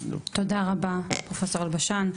תודה רבה לפרופסור אלבשן,